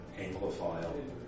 Anglophile